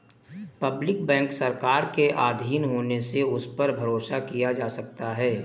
public bank सरकार के आधीन होने से उस पर भरोसा किया जा सकता है